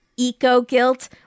Eco-guilt